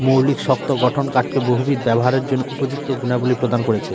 মৌলিক শক্ত গঠন কাঠকে বহুবিধ ব্যবহারের জন্য উপযুক্ত গুণাবলী প্রদান করেছে